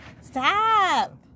Stop